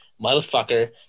motherfucker